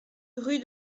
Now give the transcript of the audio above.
rue